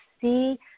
see